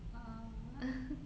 ah